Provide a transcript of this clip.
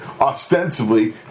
Ostensibly